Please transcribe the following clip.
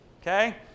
Okay